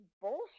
bullshit